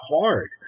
hard